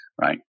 right